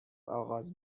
آغاز